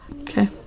Okay